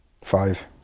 Five